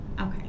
Okay